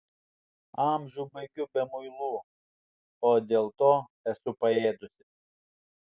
amžių baigiu be muilų o dėl to esu paėdusi